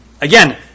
Again